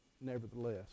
nevertheless